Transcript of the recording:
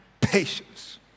patience